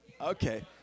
Okay